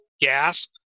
gasp